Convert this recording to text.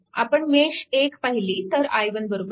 आपण मेश 1 पाहिली तर i1 4A